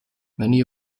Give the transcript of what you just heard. many